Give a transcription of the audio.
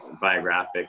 biographic